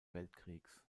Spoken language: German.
weltkriegs